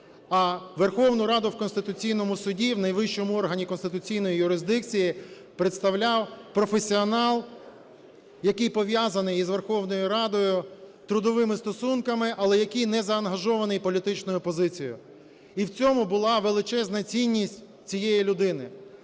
а Верховну Раду у Конституційному Суді, в найвищому органі конституційної юрисдикції, представляв професіонал, який пов'язаний із Верховною Радою трудовими стосунками, але який незаангажований політичною позицію, і в цьому була величезна цінність цієї людини.